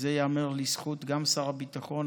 זה ייאמר גם לזכות שר הביטחון,